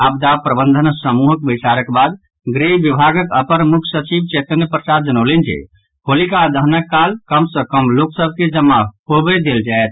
आपदा प्रबंधन समूहक बैसारक बाद गृह विभागक अपर मुख्य सचिव चैतन्य प्रसाद जनौलनि जे होलिका दहनक काल कम सॅ कम लोक सभ के जमा होयब देल जायत